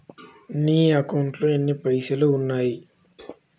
నా అకౌంట్లో ఎన్ని పైసలు ఉన్నాయి చూసి చెప్పండి?